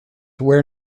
where